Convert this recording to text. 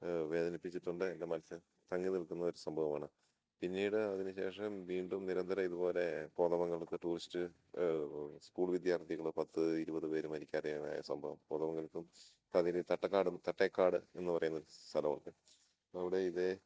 വേദനിപ്പിച്ചിട്ടുണ്ട് എൻ്റെ മനസ്സിൽ തങ്ങി നിൽക്കുന്ന ഒരു സംഭവമാണ് പിന്നീട് അതിന് ശേഷം വീണ്ടും നിരന്തരം ഇതുപോലെ കോതമംഗലത്ത് ടൂറിസ്റ്റ് സ്കൂൾ വിദ്യാർത്ഥികൾ പത്ത് ഇരുപത് പേര് മരിക്കാൻ ഇടയായ സംഭവം കോതമംഗലത്തും തട്ടേക്കാട് തട്ടേക്കാട് എന്നു പറയുന്ന സ്ഥലമുണ്ട് അവിടെ ഇതെ